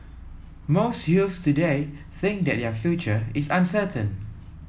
most youths today think that their future is uncertain